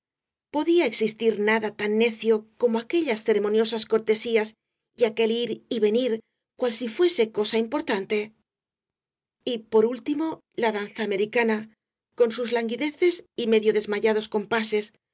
podía existir nada tan necio como aquellas ceremoniosas cortesías y aquel ir y rosalía de castro venir cual si fuese cosa importante y por último la danza americana con sus languideces y medio desmayados compases con sus